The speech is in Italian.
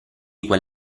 quel